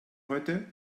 heute